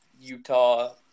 Utah